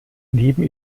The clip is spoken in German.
neben